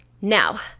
now